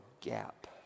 gap